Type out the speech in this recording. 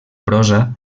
prosa